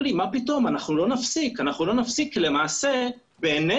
לידיה של --- מה התפיסה שלכם כסנגוריה לגבי המעבר מכלי הרכב אל